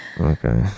Okay